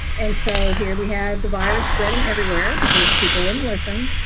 and so here we have the virus spreading everywhere because people wouldn't listen.